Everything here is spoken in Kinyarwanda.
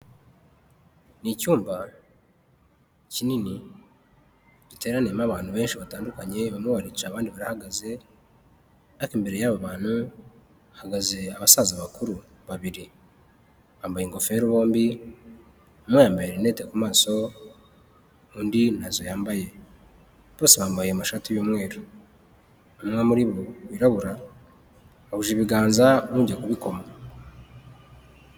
Ni icyumba kinini giteraniyemo abantu benshi batandukanye bamwe baricaye abandi barahagaze ariko imbere yaba bantu hahagaze abasaza bakuru babiri bambaye ingofero bombi, umwe yambaye rinete ku maso undi ntazo yambaye, bose bambaye amashati y'umweru umwe muri bo wirabura yahuje ibiganza nk'ugiye kubikoma.